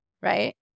Right